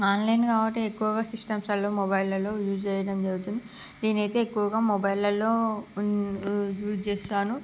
online కాబట్టి ఎక్కువగా సిస్టమ్స్లల్లో మొబైల్లల్లో యూస్ చేయడం జరుగుతుంది నేను అయితే ఎక్కువగా మొబైల్లల్లో యూస్ చేస్తాను